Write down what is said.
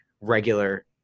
regular